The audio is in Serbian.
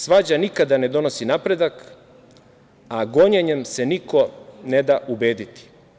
Svađa nikada ne donosi napredak, a gonjenjem se niko ne da ubediti.